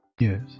Yes